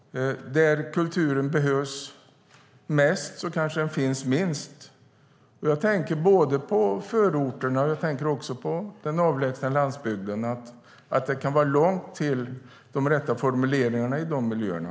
Där kulturen behövs mest kanske den finns minst. Jag tänker på förorterna och den avlägsna landsbygden. Det kan i de miljöerna vara långt till de rätta formuleringarna.